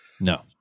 No